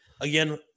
again